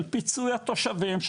של פיצוי התושבים,